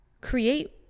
create